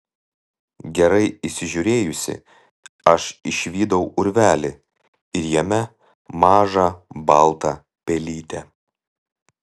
gerai įsižiūrėjusi aš išvydau urvelį ir jame mažą baltą pelytę